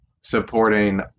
supporting